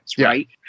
right